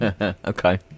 Okay